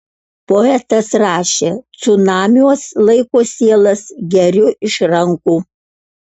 poetas rašė cunamiuos laiko sielas geriu iš rankų